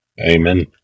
Amen